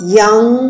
young